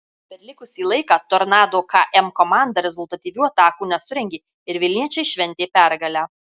per likusį laiką tornado km komanda rezultatyvių atakų nesurengė ir vilniečiai šventė pergalę